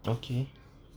okay